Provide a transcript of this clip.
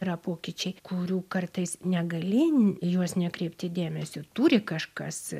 yra pokyčiai kurių kartais negali į juos nekreipti dėmesio turi kažkas